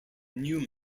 new